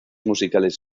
musicales